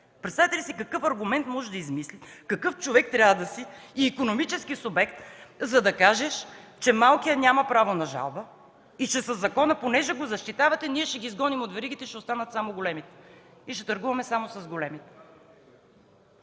Представяте ли си какъв аргумент може да се измисли? Какъв човек и икономически субект трябва да си, за да кажеш, че малкият няма право на жалба и че със закона, понеже го защитавате, ние ще ги изгоним от веригите, ще останат само големите и ще търгуваме само с големите?!